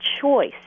choice